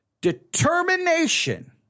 determination